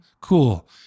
Cool